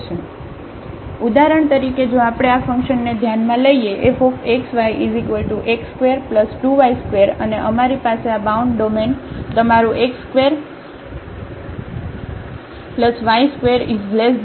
તેથી ઉદાહરણ તરીકે જો આપણે આ ફંક્શનને ધ્યાનમાં લઈએ fxyx22y2 અને અમારી પાસે આ બાઉન્ડ ડોમેન તમારુંx2y2≤1છે